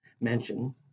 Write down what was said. mention